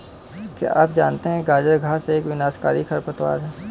क्या आप जानते है गाजर घास एक विनाशकारी खरपतवार है?